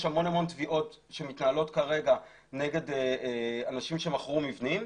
המון תביעות שמתנהלות כרגע נגד אנשים שמכרו מבנים.